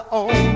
on